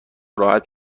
راحت